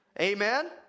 amen